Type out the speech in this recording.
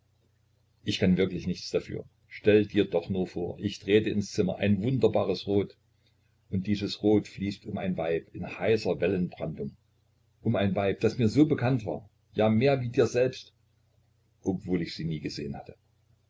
ich kann wirklich nichts dafür stell dir doch nur vor ich trete ins zimmer ein wunderbares rot und dieses rot fließt um ein weib in heißer wellenbrandung um ein weib das mir so bekannt war ja mehr wie dir selbst obwohl ich sie nie gesehen hatte